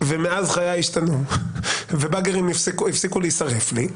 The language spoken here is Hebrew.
מאז חיי השתנו ו-באגרים הפסיקו להישרף לו.